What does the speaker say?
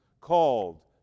called